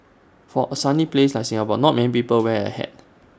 for A sunny place like Singapore not many people wear A hat